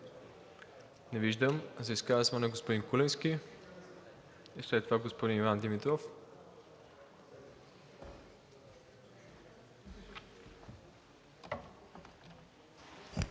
Не виждам. За изказване господин Куленски и след това господин Иван Димитров.